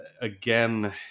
again